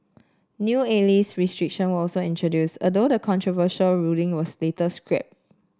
new ageist restriction were also introduced although the controversial ruling was later scrapped